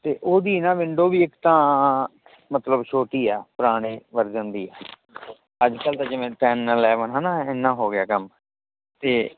ਅਤੇ ਉਹਦੀ ਨਾ ਵਿੰਡੋ ਵੀ ਇੱਕ ਤਾਂ ਮਤਲਬ ਛੋਟੀ ਹੈ ਪੁਰਾਣੇ ਵਰਜਨ ਦੀ ਅੱਜ ਕੱਲ੍ਹ ਤਾਂ ਜਿਵੇਂ ਟੈੱਨ ਇਲੈਵਨ ਹੈ ਨਾ ਇੰਨਾ ਹੋ ਗਿਆ ਕੰਮ ਅਤੇ